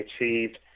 achieved